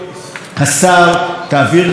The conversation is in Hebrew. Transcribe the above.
תעביר גם לשר חיים כץ,